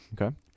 Okay